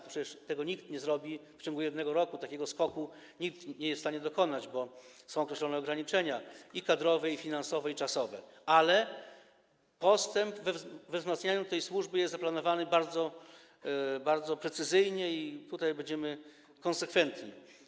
Tego nikt nie zrobi w ciągu 1 roku, takiego skoku nikt nie jest w stanie dokonać, bo są określone ograniczenia: kadrowe, finansowe i czasowe, ale postęp we wzmacnianiu tej służby jest zaplanowany bardzo precyzyjnie i tutaj będziemy konsekwentni.